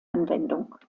anwendung